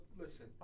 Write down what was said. listen